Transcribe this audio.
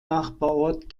nachbarort